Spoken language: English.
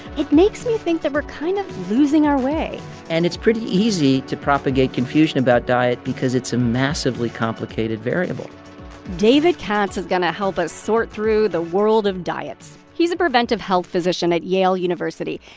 it makes me think that we're kind of losing our way and it's pretty easy to propagate confusion about diet because it's a massively complicated variable david katz is going to help us sort through the world of diets. he's a preventive health physician at yale university,